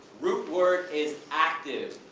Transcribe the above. root word is active.